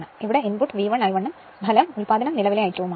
ഇവിടെ input V1 I1 ഉം ഇവിടെ output നിലവിലെ I2 ഉം ആണ്